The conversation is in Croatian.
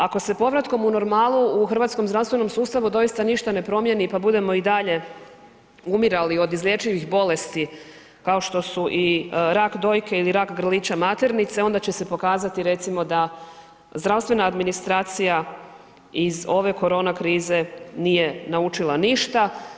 Ako se povratkom u normalu u hrvatskom zdravstvenom sustavu doista ništa ne promijeni pa budemo i dalje umirali od izlječivih bolesti kao što su i rak dojke ili rak grlića maternice onda će se pokazati recimo da zdravstvena administracija iz ove korona krize nije naučila ništa.